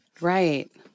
right